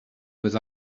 with